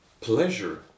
pleasure